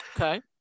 Okay